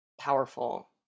powerful